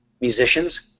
musicians